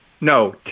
No